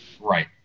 Right